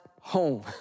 home